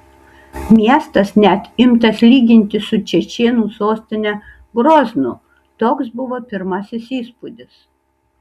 miestas net imtas lyginti su čečėnų sostine groznu toks buvo pirmasis įspūdis